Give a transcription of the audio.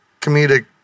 comedic